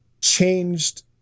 changed